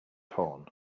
torn